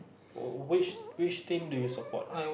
wh~ which which team do you support